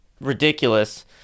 ridiculous